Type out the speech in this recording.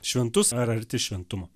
šventus ar arti šventumo